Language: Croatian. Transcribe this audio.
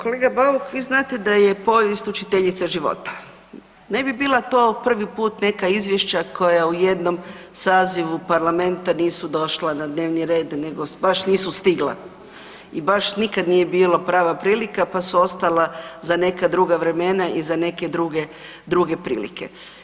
Kolega Bauk vi znate da je povijest učiteljica života, ne bi bila to prvi put neka izvješća koja u jednom sazivu Parlamenta nisu došla na dnevni red nego baš nisu stigla i baš nikad nije bilo prava prilika pa su ostala za neka druga vremena i za neke druge prilike.